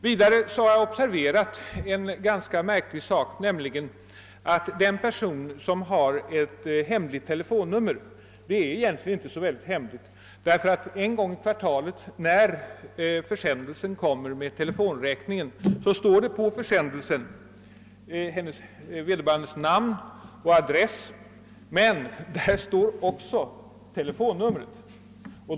Jag har vidare observerat något ganska märkligt, nämligen att ett hemligt telefonnummer egentligen inte är så särskilt hemligt. På den försändelse som innehåller telefonräkningen och som utsänds en gång i kvartalet förekommer nämligen uppgift om vederbörande abonnents namn och adress men också telefonnummer.